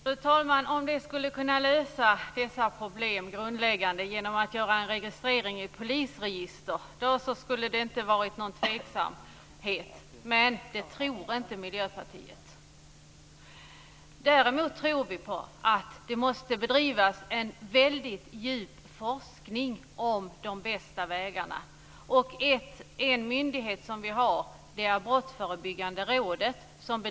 Fru talman! Om en registrering i polisregistret skulle kunna lösa dessa grundläggande problem, då hade det inte funnits någon tveksamhet, men Miljöpartiet tror inte att det är någon lösning. Men vi tror att det måste bedrivas en djup forskning om de bästa vägarna. En myndighet som bedriver sådan forskning är Brottsförebyggande rådet.